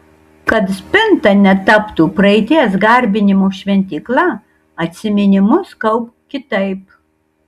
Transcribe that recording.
kad spinta netaptų praeities garbinimo šventykla atsiminimus kaupk kitaip